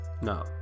No